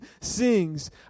sings